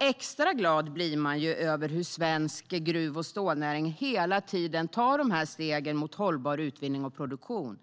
Extra glad blir man över hur svensk gruv och stålnäring hela tiden tar steg mot hållbar utvinning och produktion.